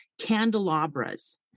candelabras